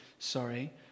sorry